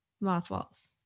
mothballs